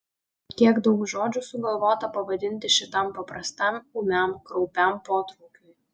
kiek daug žodžių sugalvota pavadinti šitam paprastam ūmiam kraupiam potraukiui